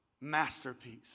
Masterpiece